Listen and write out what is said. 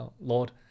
Lord